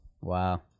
Wow